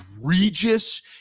egregious